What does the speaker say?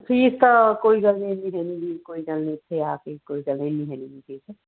fees ਤਾਂ ਕੋਈ ਗੱਲ ਨੀ ਐਨੀ ਹੈ ਨੀ ਜੀ ਕੋਈ ਗੱਲ ਨੀ ਇੱਥੇ ਆ ਕੇ ਆਨੀ ਹੈਨੀ ਗੀ ਫੀਸ